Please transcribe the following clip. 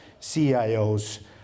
CIOs